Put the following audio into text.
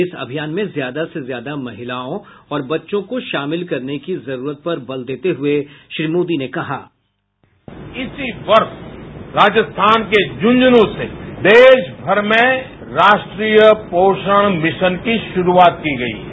इस अभियान में ज्यादा से ज्यादा महिलाओं और बच्चों को शामिल करने की जरूरत पर बल देते हुए श्री मोदी ने कहा बाईट इसी वर्ष राजस्थान के झुंझनू से देशभर में राष्ट्रीय पोषण मिशन की शुरूआत की गई है